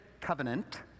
Covenant